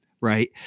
right